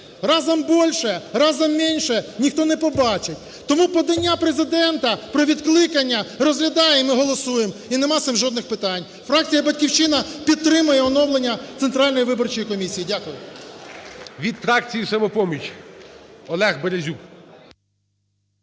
Разом больше, разом меньше – ніхто не побачить. Тому подання Президента про відкликання розглядаємо і голосуємо, і нема з цим жодних питань. Фракція "Батьківщина" підтримає оновлення Центральної виборчої комісії. Дякую. ГОЛОВУЮЧИЙ. Від фракції "Самопоміч" Олег Березюк.